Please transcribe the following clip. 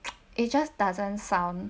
it just doesn't sound